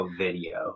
video